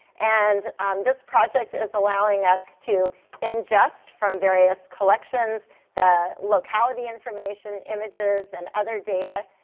and um this project is allowing us to ingest from various collections the locality information, images, and other data,